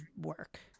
work